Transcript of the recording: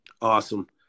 Awesome